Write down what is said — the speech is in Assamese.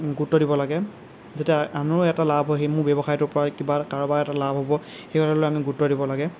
গুৰুত্ব দিব লাগে তেতিয়া আনৰো এটা লাভ হয় সেই মোৰ ব্যৱসায়টোৰ পৰা কিবা কাৰোবাৰ এটা লাভ হ'ব সেই কথাটোলৈ আমি গুৰুত্ব দিব লাগে